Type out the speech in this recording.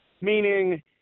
meaning